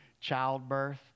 childbirth